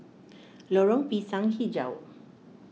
Lorong Pisang HiJau